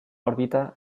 òrbita